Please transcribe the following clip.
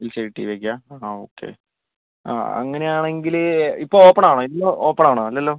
ആ ഓക്കേ അങ്ങനെയാണെങ്കിൽ ഇപ്പോൾ ഓപ്പൺ ആണോ ഇന്ന് ഓപ്പൺ ആണോ അല്ലല്ലോ